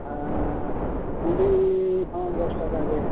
ᱟᱨ ᱵᱷᱚᱰᱤ ᱦᱚᱸ ᱫᱚᱥ ᱴᱟᱠᱟ ᱜᱮ